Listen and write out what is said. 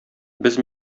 без